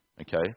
okay